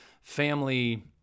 family